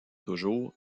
toujours